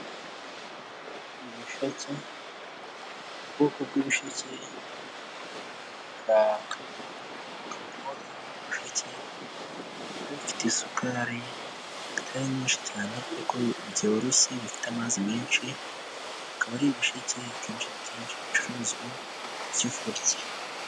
Ibisheke: ubwoko bw'ibisheke bwa kagoha kagoha ni ibisheke biba bifite isukari itari nyinshi cyane ariko byoroshye, bifite amazi menshi, bikaba ari ibisheke kenshi na kenshi bicuruzwa byo kurya.